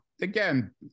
Again